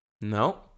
No